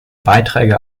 beiträge